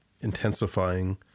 intensifying